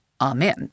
Amen